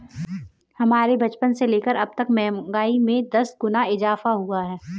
हमारे बचपन से लेकर अबतक महंगाई में दस गुना इजाफा हुआ है